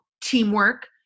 teamwork